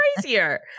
crazier